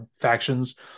factions